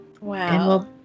Wow